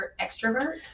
extrovert